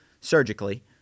surgically